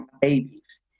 babies